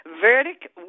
verdict